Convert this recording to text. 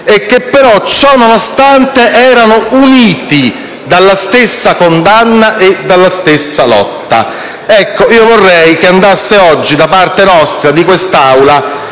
e che però, ciò nonostante, erano unite dalla stessa condanna e dalla stessa lotta. Vorrei che oggi da parte nostra, di quest'Aula,